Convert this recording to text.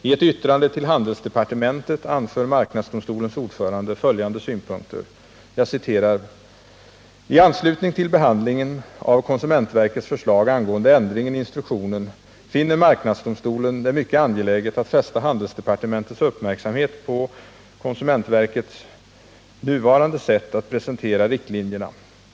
I ett yttrande till handelsdepartementet anför marknadsdomstolens ordförande följande synpunkter: ”I anslutning till behandlingen av KOVSs förslag angående ändringen i instruktionen finner marknadsdomstolen det mycket angeläget att fästa handelsdepartementets uppmärksamhet på KOVs nuvarande sätt att presentera riktlinjerna.